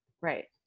right